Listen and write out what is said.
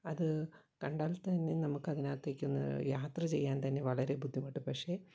അത് കണ്ടാൽ തന്നെ നമുക്ക് അതിനകത്തേക്കൊന്ന് യാത്ര ചെയ്യാൻ തന്നെ വളരെ ബുദ്ധിമുട്ട് പക്ഷേ